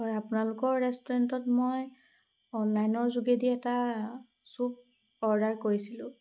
হয় আপোনালোকৰ ৰেষ্টুৰেণ্টত মই অনলাইনৰ যোগেদি এটা চুপ অৰ্ডাৰ কৰিছিলোঁ